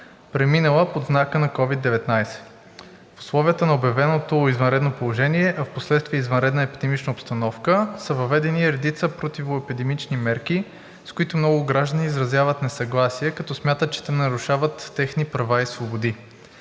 преминала под знака на COVID-19. В условията на обявеното извънредно положение, а впоследствие извънредна епидемична обстановка, са въведени редица противоепидемични мерки, с които много граждани изразяват несъгласие, като смятат, че те нарушават техни права и свободи.